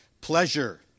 pleasure